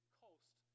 coast